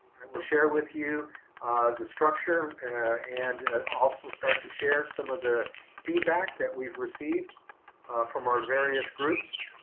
and we'll share with you the structure and also start to share some of the feedback that we've received from our various groups.